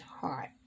heart